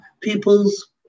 people's